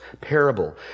parable